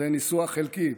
זה ניסוח חלקי.